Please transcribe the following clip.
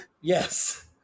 yes